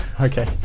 Okay